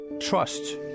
trust